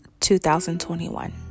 2021